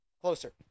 Closer